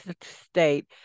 state